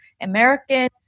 Americans